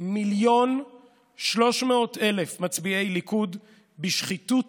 מיליון ו-300,000 מצביעי ליכוד בשחיתות